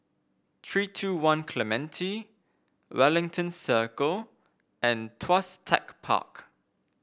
three two One Clementi Wellington Circle and Tuas Tech Park